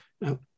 Now